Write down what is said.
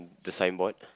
the signboard